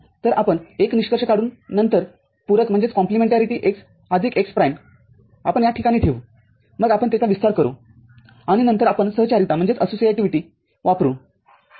तरआपण १ निष्कर्ष काढू नंतरपूरक x आदिक x प्राईमआपण या ठिकाणी ठेवू मग आपण त्याचा विस्तार करू आणि नंतर आपण सहचारिता वापरु ठीक आहे